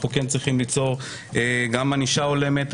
אנחנו כן צריכים ליצור גם ענישה הולמת.